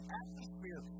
atmosphere